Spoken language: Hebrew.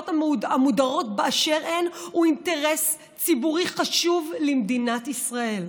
המודרות באשר הן הוא אינטרס ציבורי חשוב למדינת ישראל.